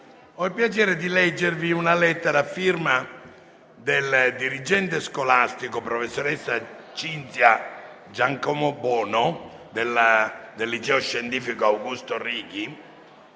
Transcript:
Ho il piacere di leggervi una lettera firmata dal dirigente scolastico, professoressa Cinzia Giacomobono del Liceo scientifico «Augusto Righi»,